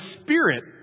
spirit